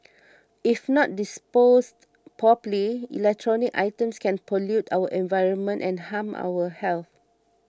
if not disposed properly electronic items can pollute our environment and harm our health